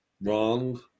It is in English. Wrong